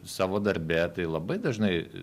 savo darbe tai labai dažnai